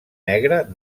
negre